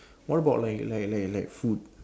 what about like like like like food